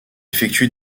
effectue